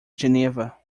geneva